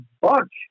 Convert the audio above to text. bunch